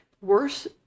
worse